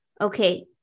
Okay